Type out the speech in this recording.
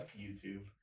YouTube